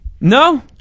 no